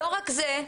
לא רק זה,